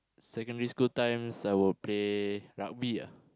secondary school times I will play rugby ah